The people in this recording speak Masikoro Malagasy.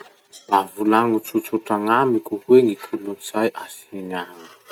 Mba volagno tsotsotra gn'amiko hoe gny kolotsay a chine agny?